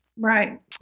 Right